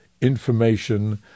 information